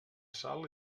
sal